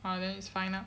!wah! then is final